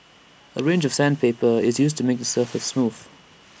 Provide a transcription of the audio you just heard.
A range of sandpaper is used to make the surface smooth